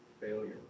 Failure